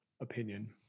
opinion